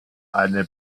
eine